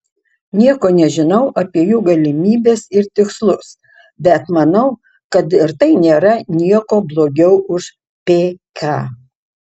nieko nežinau apie jų galimybes ir tikslus bet manau kad ir tai nėra niekuo blogiau už pk